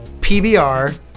PBR